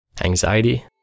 Anxiety